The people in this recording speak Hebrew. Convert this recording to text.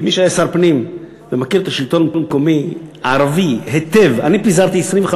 כמי שהיה שר פנים ומכיר את השלטון המקומי הערבי היטב: אני פיזרתי 25